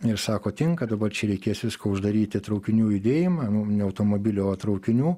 ir sako tinka dabar čia reikės viską uždaryti traukinių judėjimą nu ne automobilių o traukinių